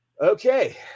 Okay